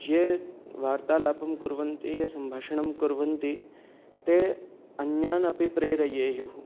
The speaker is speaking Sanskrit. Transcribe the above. ये वार्तालापं कुर्वन्ति ये सम्भाषणं कुर्वन्ति ते अन्यान् अपि प्रेरयेयुः